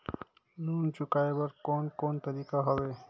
Loan चुकाए बर कोन कोन तरीका हवे?